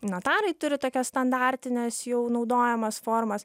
notarai turi tokias standartines jau naudojamas formas